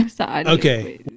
okay